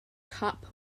cup